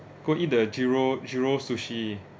go eat the zero zero sushi